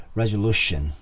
resolution